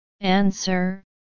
Answer